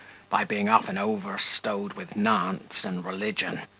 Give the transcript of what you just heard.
by being often overstowed with nantz and religion,